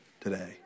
Today